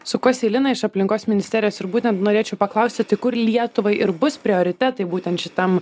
sukuosi į liną iš aplinkos ministerijos ir būtent norėčiau paklausti tai kur lietuvai ir bus prioritetai būtent šitam